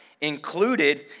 included